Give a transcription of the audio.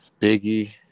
Biggie